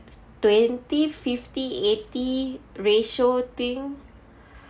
twenty fifty eighty ratio thing